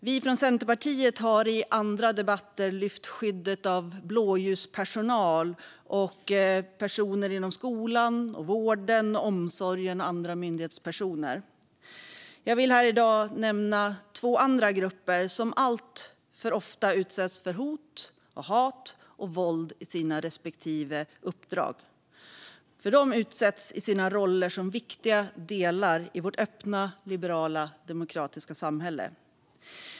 Vi från Centerpartiet har i andra debatter lyft fram skyddet av blåljuspersonal, av personer inom skolan, vården och omsorgen samt av andra myndighetspersoner. Jag vill här i dag nämna två andra grupper som alltför ofta utsätts för hot, hat och våld i sina respektive uppdrag. De utsätts i sina roller som viktiga delar i vårt öppna, liberala och demokratiska samhälle.